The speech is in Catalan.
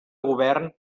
govern